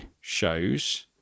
shows